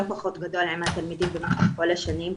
פחות גדול עם התלמידים במשך כל השנים.